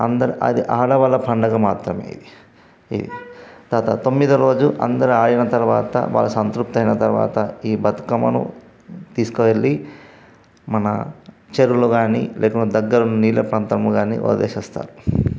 అందరూ అది ఆడవాళ్ళ పండుగ మాత్రమే ఇది తర్వాత తొమ్మిదవ రోజు అందరూ ఆడిన తరవాత వాళ్ళు సంతృప్తి అయిన తరువాత ఈ బతుకమ్మను తీసుకువెళ్ళి మన చెరువులో కానీ లేకుంటే దగ్గరలో ఉన్న నీళ్ళ ప్రాంతంలో కానీ వదిలేసి వస్తారు